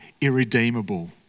irredeemable